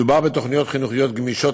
מדובר בתוכניות חינוכיות גמישות,